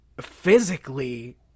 physically